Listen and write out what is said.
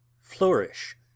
Flourish